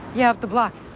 yeah, up the block.